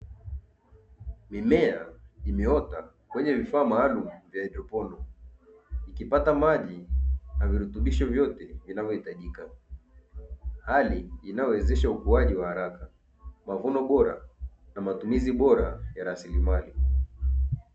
Mimea imeota kwenye vifaa maalumu vya haidroponi, ikipata maji na virutubisho vyote vinavyohitajika hali inayowezesha ukuaji wa haraka mavuno bora na matumizi bora ya rasilimali.